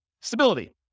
Stability